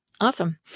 Awesome